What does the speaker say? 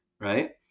Right